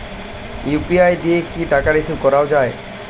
UPI দিয়ে কি টাকা রিসিভ করাও য়ায়?